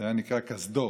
זה היה נקרא קסדור,